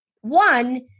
One